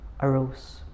arose